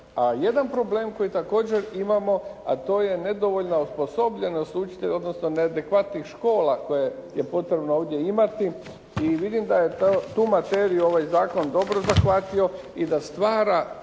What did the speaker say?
jedan problem koji također imamo, a to je nedovoljna osposobljenost učitelja, odnosno neadekvatnih škola koje je potrebno ovdje imati i vidim da je tu materiju ovaj zakon dobro zahvatio i da stvara